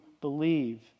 believe